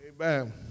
Amen